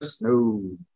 No